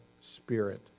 Spirit